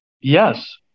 yes